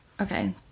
Okay